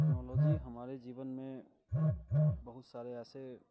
technology हमारे जीवन में बहुत सारे ऐसे